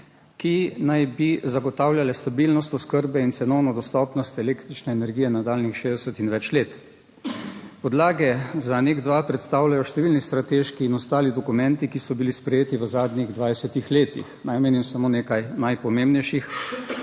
ki naj bi zagotavljale stabilnost oskrbe in cenovno dostopnost električne energije nadaljnjih 60 in več let. Podlage za NEK2 predstavljajo številni strateški in ostali dokumenti, ki so bili sprejeti v zadnjih 20 letih. Naj omenim samo nekaj najpomembnejših: